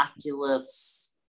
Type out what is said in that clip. oculus